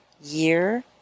year